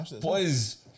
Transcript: Boys